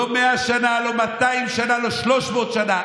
לא 100 שנה, לא 200 שנה, לא 300 שנה.